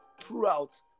throughout